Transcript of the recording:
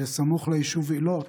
וסמוך ליישוב עילוט